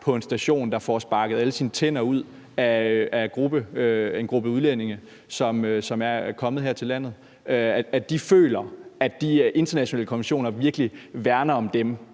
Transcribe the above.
på en station får sparket alle sine tænder ud af en gruppe udlændinge, som er kommet her til landet, føler, at de internationale konventioner virkelig værner om dem.